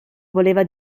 voleva